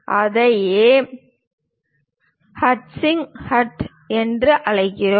அதையே ஹட்சிங் ஹட்ச் என்று அழைக்கிறோம்